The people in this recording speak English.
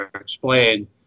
explain